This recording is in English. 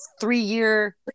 Three-year